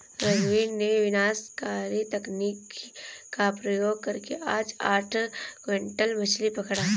रघुवीर ने विनाशकारी तकनीक का प्रयोग करके आज आठ क्विंटल मछ्ली पकड़ा